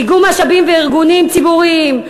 איגום משאבים וארגונים ציבוריים.